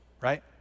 right